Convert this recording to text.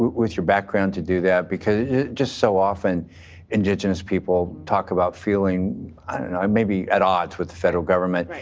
with your background, to do that? because just so often indigenous indigenous people talk about feeling i may be at odds with the federal government,